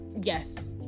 yes